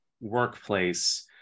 workplace